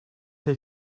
take